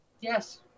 Yes